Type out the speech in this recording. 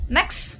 Next